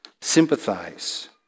sympathize